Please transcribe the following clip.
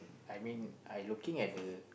I mean I looking at the